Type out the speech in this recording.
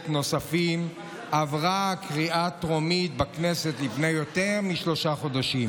נוספים עברה קריאה טרומית בכנסת לפני יותר משלושה חודשים,